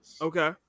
Okay